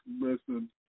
listen